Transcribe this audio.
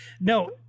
no